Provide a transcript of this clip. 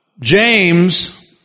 James